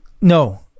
no